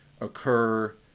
occur